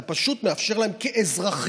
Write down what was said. אתה פשוט מאפשר להם כאזרחים,